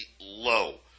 low